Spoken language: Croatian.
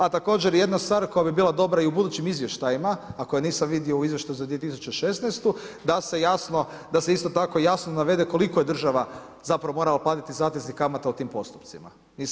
A također jedna stvar koja bi bila dobra i u budućim izvještajima, a koja nisam vidio u izvještaju za 2016., da se isto tako jasno navede koliko je država zapravo moramo platiti zateznih kamata u tim postupcima.